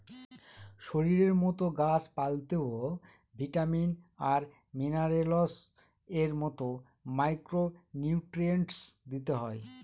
শরীরের মতো গাছ পালতেও ভিটামিন আর মিনারেলস এর মতো মাইক্র নিউট্রিয়েন্টস দিতে হয়